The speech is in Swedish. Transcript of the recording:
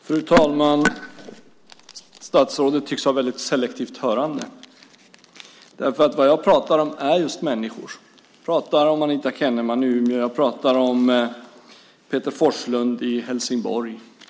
Fru talman! Statsrådet tycks ha ett väldigt selektivt hörande. Vad jag pratar om är ju just människor. Jag pratar om Anita Kenneman i Umeå. Jag pratar om Peter Forslund i Helsingborg.